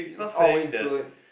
it's always good